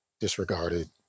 disregarded